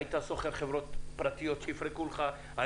היית שוכר חברות פרטיות שיפרקו לך,